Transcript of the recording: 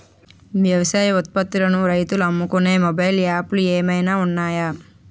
వ్యవసాయ ఉత్పత్తులను రైతులు అమ్ముకునే మొబైల్ యాప్ లు ఏమైనా ఉన్నాయా?